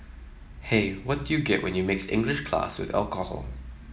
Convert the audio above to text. hey what you get when you mix English class with alcohol